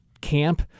camp